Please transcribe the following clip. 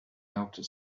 outer